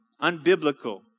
Unbiblical